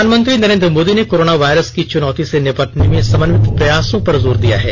प्रधानमंत्री नरेंद्र मोदी ने corona virus की चुनौती से निपटने में समन्वित प्रयासों पर जोर दिया है